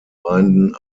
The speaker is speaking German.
gemeinden